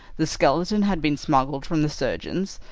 the skeleton had been smuggled from the surgeons,